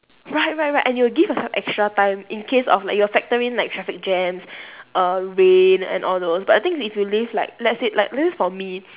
right right right and you'll give yourself extra time in case of like you factor in like traffic jams err rain and all those but the thing is if you leave like let's say like this is for me